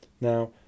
Now